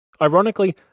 Ironically